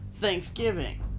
Thanksgiving